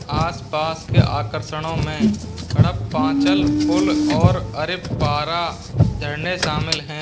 आसपास के आकर्षणों में कडप्पांचल पुल और अरिप्पारा झरने शामिल हैं